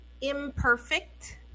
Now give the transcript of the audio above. Imperfect